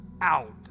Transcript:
out